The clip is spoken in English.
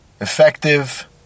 effective